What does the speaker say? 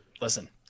listen